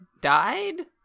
died